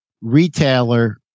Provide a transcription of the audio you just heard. retailer